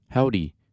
Howdy